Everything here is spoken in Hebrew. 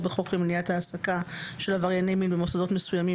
בחוק למניעת העסקה של עברייני מין במוסדות מסוימים,